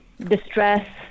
distress